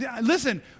Listen